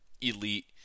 elite